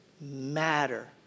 matter